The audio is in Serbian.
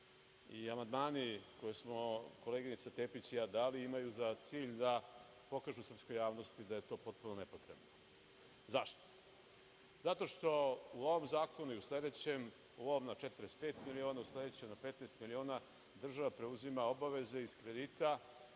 Amandmani koje smo koleginica Tepić i ja dali imaju za cilj da pokažu srpskoj javnosti da je to potpuno nepotrebno. Zašto? Zato što u ovom zakonu i u sledećem, u ovom na 45 i u onom sledećem na 15 miliona država preuzima obaveze iz kredita,